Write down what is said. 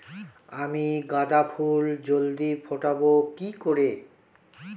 আমি গাঁদা ফুল জলদি ফোটাবো কি করে?